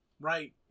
Right